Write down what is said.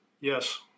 Yes